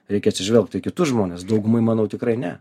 reikia atsižvelgt į kitus žmones daugumai manau tikrai ne